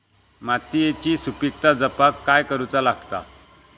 मातीयेची सुपीकता जपाक काय करूचा लागता?